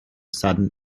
sudden